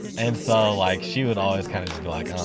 and so like she would always kind of be like, ah